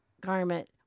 garment